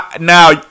Now